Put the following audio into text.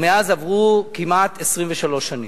ומאז עברו כמעט 23 שנים.